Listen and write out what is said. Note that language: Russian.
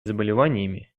заболеваниями